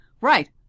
Right